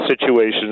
situations